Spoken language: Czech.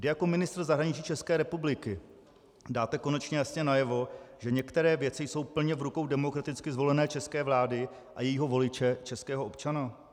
Kdy jako ministr zahraničí České republiky dáte konečně jasně najevo, že některé věci jsou plně v rukou demokraticky zvolené české vlády a jejího voliče, českého občana?